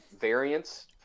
variance